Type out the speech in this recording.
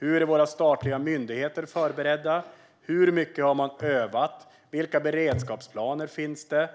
Hur är våra statliga myndigheter förberedda? Hur mycket har man övat? Vilka beredskapsplaner finns det?